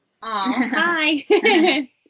hi